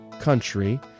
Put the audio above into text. country